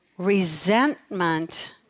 resentment